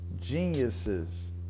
geniuses